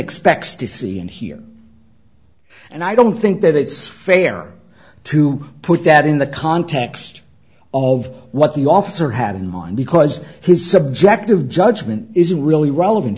expects to see and hear and i don't think that it's fair to put that in the context of what the officer had in mind because his subjective judgment isn't really relevant